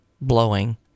blowing